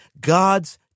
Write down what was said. God's